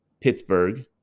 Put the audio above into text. Pittsburgh